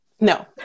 No